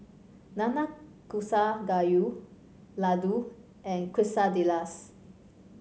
Nanakusa Gayu Ladoo and Quesadillas